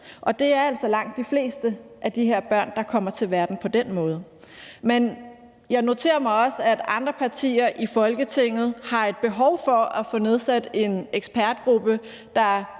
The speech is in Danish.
altså langt de fleste af de her børn, der kommer til verden på den måde. Men jeg noterer mig også, at andre partier i Folketinget har et behov for at få nedsat en ekspertgruppe, der